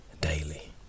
daily